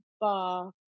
bar